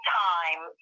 time